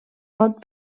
pot